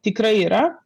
tikrai yra